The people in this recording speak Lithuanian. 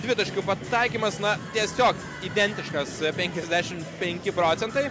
dvitaškių pataikymas na tiesiog identiškas penkiasdešimt penki procentai